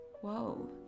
Whoa